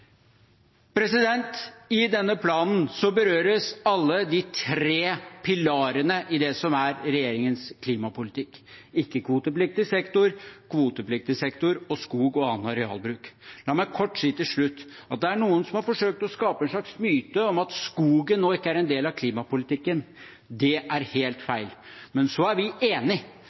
I denne planen berøres alle de tre pilarene i det som er regjeringens klimapolitikk: ikke-kvotepliktig sektor, kvotepliktig sektor og skog og annen arealbruk. La meg kort si til slutt at det er noen som har forsøkt å skape en slags myte om at skogen nå ikke er en del av klimapolitikken. Det er helt feil. Men så er vi enig